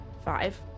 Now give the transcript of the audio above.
Five